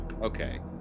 Okay